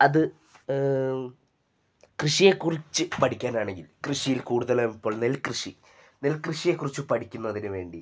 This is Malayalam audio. അത് കൃഷിയെക്കുറിച്ച് പഠിക്കാനാണെങ്കിൽ കൃഷിയിൽ കൂടുതൽ ഇപ്പോൾ നെൽകൃഷി നെൽകൃഷിയെക്കുറിച്ച് പഠിക്കുന്നതിനു വേണ്ടി